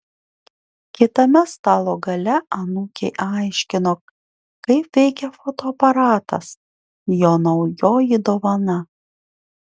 kitame stalo gale anūkei aiškino kaip veikia fotoaparatas jo naujoji dovana